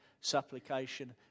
supplication